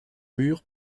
mur